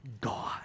God